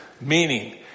Meaning